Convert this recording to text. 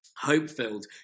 hope-filled